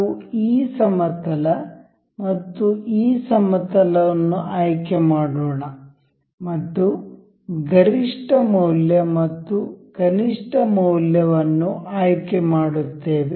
ನಾವು ಈ ಸಮತಲ ಮತ್ತು ಈ ಸಮತಲವನ್ನು ಆಯ್ಕೆ ಮಾಡೋಣ ಮತ್ತು ಗರಿಷ್ಠ ಮೌಲ್ಯ ಮತ್ತು ಕನಿಷ್ಠ ಮೌಲ್ಯವನ್ನು ಆಯ್ಕೆ ಮಾಡುತ್ತೇವೆ